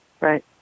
Right